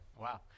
Wow